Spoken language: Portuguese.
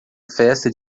festa